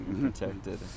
Protected